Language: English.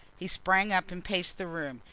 he sprang up and paced the room.